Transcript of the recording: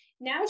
Now